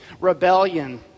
rebellion